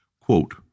Quote